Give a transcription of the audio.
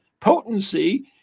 potency